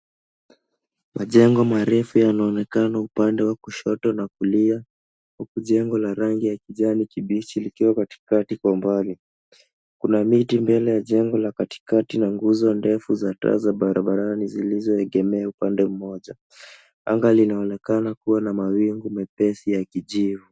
Majengo marefu yanaonekana upande wa kushoto na kulia, huku jengo la rangi ya kijani kibichi likiwa katikati kwa mbali. Kuna miti mbele ya jengo la katikati na nguzo ndefu za taa za barabarani zilizoegemea upande mmoja. Anga linaonekana kuwa na mawingu mepesi ya kijivu.